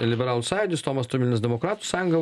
liberalų sąjūdis tomas tomilinas demokratų sąjunga